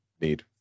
need